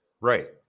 Right